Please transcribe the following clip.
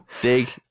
dig